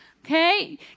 Okay